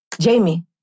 Jamie